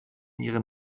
ihren